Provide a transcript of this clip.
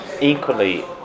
Equally